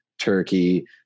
turkey